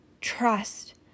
trust